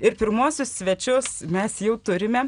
ir pirmuosius svečius mes jau turime